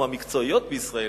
מהמקצועיות בישראל,